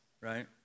right